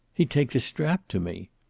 he'd take the strap to me.